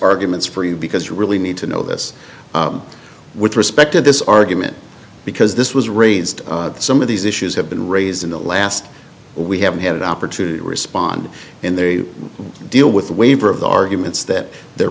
arguments for you because you really need to know this with respect to this argument because this was raised some of these issues have been raised in the last we haven't had an opportunity to respond in the deal with waiver of the arguments that they're